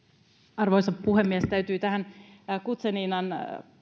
arvoisa puhemies täytyy tähän guzeninan